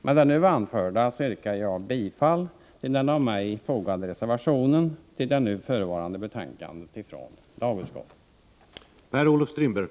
Med det nu anförda yrkar jag bifall till den av mig till det nu förevarande betänkandet från lagutskottet fogade reservationen.